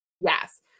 Yes